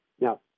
Now